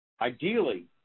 ideally